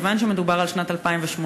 מכיוון שמדובר על שנת 2018,